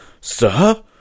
Sir